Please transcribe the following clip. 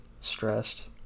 Stressed